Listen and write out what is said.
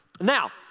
Now